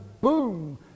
boom